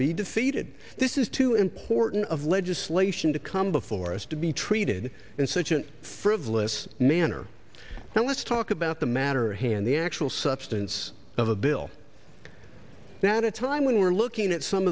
be defeated this is too important of legislation to come before us to be treated in such a frivolous manner now let's talk about the matter at hand the actual substance of the bill now at a time when we're looking at some